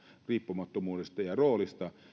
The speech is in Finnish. riippumattomuudesta ja roolista